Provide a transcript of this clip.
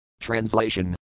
Translation